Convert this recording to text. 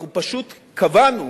אנחנו פשוט קבענו